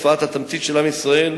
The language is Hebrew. הופעת התמצית של עם ישראל,